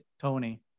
tony